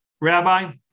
Rabbi